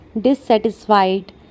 Dissatisfied